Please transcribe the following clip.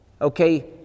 Okay